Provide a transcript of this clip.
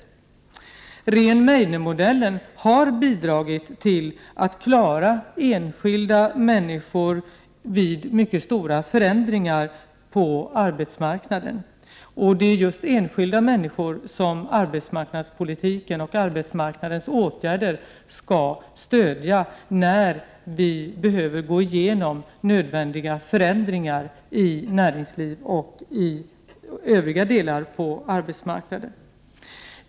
Rehn-Meidner-modellen har bidragit till att klara enskilda människor vid mycket stora förändringar på arbetsmarknaden. Det är just enskilda människor som arbetsmarknadspolitiken och arbetsmarknadsåtgärderna skall stödja när vi behöver gå igenom nödvändiga förändringar i näringslivet och övriga delar av arbetsmarknaden.